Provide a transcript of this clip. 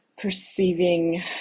perceiving